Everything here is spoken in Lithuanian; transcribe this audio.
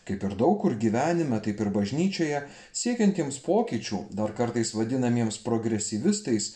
kaip ir daug kur gyvenime taip ir bažnyčioje siekiantiems pokyčių dar kartais vadinamiems progresyvistais